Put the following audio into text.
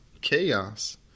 chaos